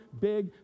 big